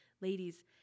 Ladies